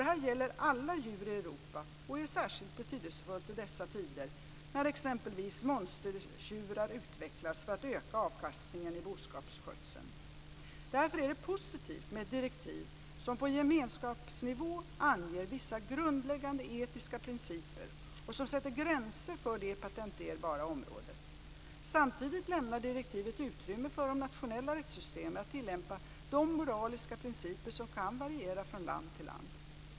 Detta gäller alla djur i Europa och är särskilt betydelsefullt i dessa tider när exempelvis "monstertjurar" utvecklas för att öka avkastningen i boskapsskötseln. Därför är det positivt med ett direktiv som på gemenskapsnivå anger vissa grundläggande etiska principer och som sätter gränser för det patenterbara området. Samtidigt lämnar direktivet utrymme för de nationella rättssystemen att tillämpa de moraliska principer som kan variera från land till land.